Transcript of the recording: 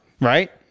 right